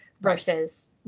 versus